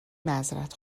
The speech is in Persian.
معذرت